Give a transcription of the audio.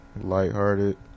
lighthearted